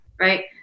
right